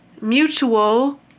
mutual